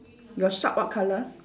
your shark what colour